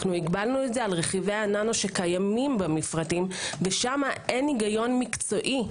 על רכיבי הננו שקיימים במפרטים ושם אין היגיון מקצועי.